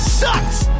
sucks